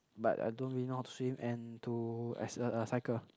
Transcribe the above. but I don't really know how to swim and to as a a cycle